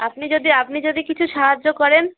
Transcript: আপনি যদি আপনি যদি কিছু সাহায্য করেন